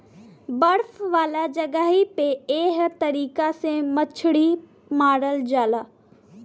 बर्फ वाला जगही पे एह तरीका से मछरी मारल जाला